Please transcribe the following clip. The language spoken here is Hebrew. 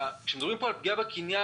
כשמדברים פה על פגיעה בקניין,